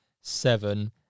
seven